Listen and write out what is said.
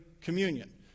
communion